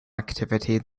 activity